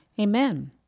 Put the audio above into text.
Amen